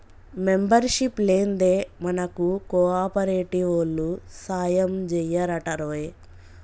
membership లేందే మనకు కోఆపరేటివోల్లు సాయంజెయ్యరటరోయ్